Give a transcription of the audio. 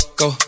go